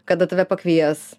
kada tave pakvies